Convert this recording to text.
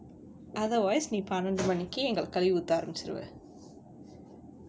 otherwise நீ பன்னண்டு மணிக்கு எங்கள கழுவி ஊத்த ஆரம்பிச்சுருவ:nee pannandu manikku engala kaluvi oottha aarambichuruva